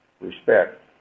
Respect